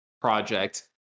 project